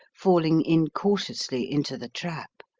falling incautiously into the trap.